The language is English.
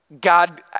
God